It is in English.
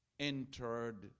Entered